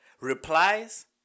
replies